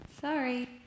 Sorry